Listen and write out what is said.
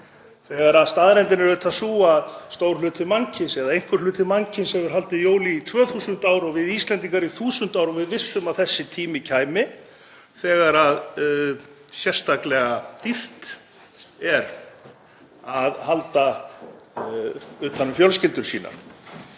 þegar staðreyndin er sú að stór hluti mannkyns eða einhver hluti mannkyns hefur haldið jól í 2000 ár og við Íslendingar í 1000 ár og við vissum að þessi tími kæmi þegar sérstaklega dýrt er að halda utan um fjölskyldur sínar.